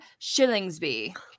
Shillingsby